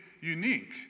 unique